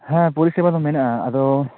ᱦᱮᱸ ᱯᱚᱨᱤᱥᱮᱵᱟ ᱫᱚ ᱦᱮᱱᱟᱜᱼᱟ ᱟᱫᱚ ᱼ